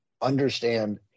understand